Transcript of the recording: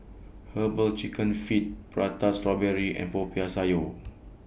Herbal Chicken Feet Prata Strawberry and Popiah Sayur